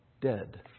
dead